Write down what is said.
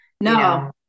no